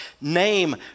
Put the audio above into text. name